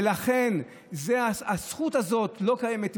ולכן הזכות הזאת לא קיימת.